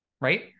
right